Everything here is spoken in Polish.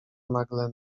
nagle